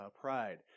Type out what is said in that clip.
pride